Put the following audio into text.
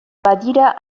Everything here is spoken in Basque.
badira